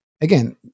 Again